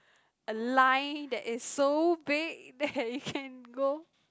a line that is so big that it can go